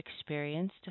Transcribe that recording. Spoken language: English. experienced